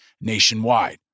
nationwide